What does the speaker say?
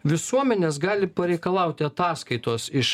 visuomenės gali pareikalauti ataskaitos iš